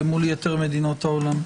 מול יתר מדינות העולם.